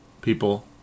people